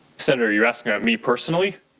senator you asked about me personally?